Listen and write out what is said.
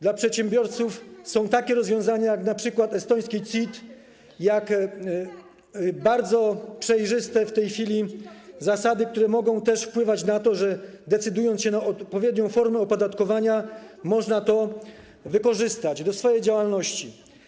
Dla przedsiębiorców są takie rozwiązania jak np. estoński CIT, jak bardzo przejrzyste w tej chwili zasady, które mogą też wpływać na to, że można, decydując się na odpowiednią formę opodatkowania, wykorzystać je w swojej działalności.